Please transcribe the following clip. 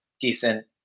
decent